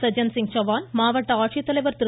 சஜன் சிங் சவான் மாவட்ட ஆட்சித்தலைவா் திரு